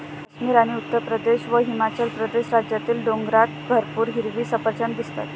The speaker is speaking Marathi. काश्मीर आणि उत्तरप्रदेश व हिमाचल प्रदेश राज्यातील डोंगरात भरपूर हिरवी सफरचंदं दिसतात